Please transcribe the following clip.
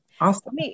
Awesome